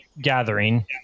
gathering